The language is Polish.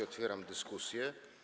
Otwieram dyskusję.